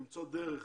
למצוא דרך,